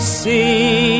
see